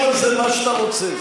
תחשוב על זה מה שאתה רוצה.